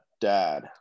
dad